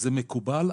זה מקובל.